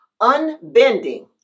unbending